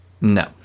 No